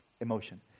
emotion